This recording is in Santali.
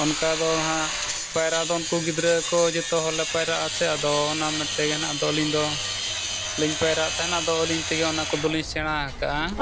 ᱚᱱᱠᱟ ᱫᱚ ᱱᱟᱦᱟᱜ ᱯᱟᱭᱨᱟ ᱫᱚ ᱩᱱᱠᱩ ᱜᱤᱫᱽᱨᱟᱹ ᱠᱚ ᱡᱚᱛᱚ ᱦᱚᱲ ᱞᱮ ᱯᱟᱭᱨᱟᱜ ᱟᱥᱮ ᱟᱫᱚ ᱚᱱᱟ ᱢᱮᱱᱛᱮ ᱜᱮ ᱱᱟᱜ ᱟᱫᱚ ᱟᱹᱞᱤᱧ ᱫᱚ ᱞᱤᱧ ᱯᱟᱭᱨᱟᱜ ᱛᱟᱦᱮᱱᱟ ᱟᱫᱚ ᱟᱹᱞᱤᱧ ᱛᱮᱜᱮ ᱚᱱᱟ ᱠᱚᱫᱚ ᱞᱤᱧ ᱥᱮᱬᱟ ᱟᱠᱟᱜᱼᱟ